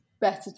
better